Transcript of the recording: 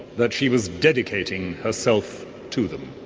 that she was dedicating herself to them.